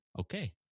okay